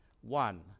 One